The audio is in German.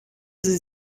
sie